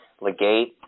Legate